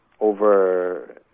over